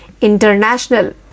International